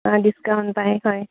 অঁ ডিছকাউণ্ট পায় হয়